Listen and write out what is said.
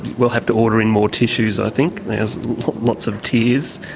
we'll have to order in more tissues i think, there's lots of tears,